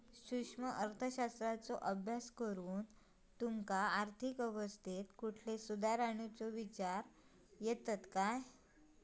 सूक्ष्म अर्थशास्त्राचो अभ्यास करान तुमका आर्थिक अवस्थेत कुठले सुधार आणुचे विचार येतत काय?